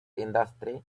industry